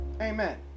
amen